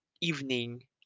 evening